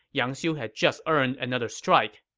yang xiu had just earned another strike.